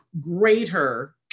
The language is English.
greater